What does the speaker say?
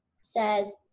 says